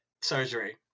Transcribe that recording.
surgery